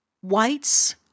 whites